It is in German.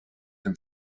dem